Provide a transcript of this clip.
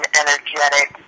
energetic